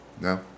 No